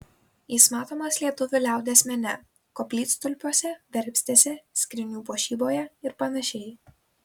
jis matomas lietuvių liaudies mene koplytstulpiuose verpstėse skrynių puošyboje ir panašiai